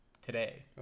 today